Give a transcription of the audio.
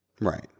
right